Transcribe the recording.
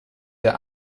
der